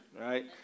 right